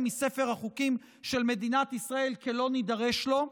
מספר החוקים של מדינת ישראל כי לא נידרש לו,